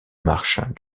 marche